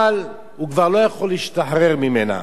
אבל הוא כבר לא יכול להשתחרר ממנה,